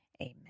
amen